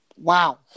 Wow